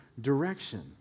direction